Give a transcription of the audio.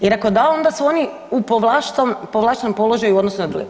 Jer ako da onda su oni u povlaštenom položaju u odnosu na druge.